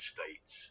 States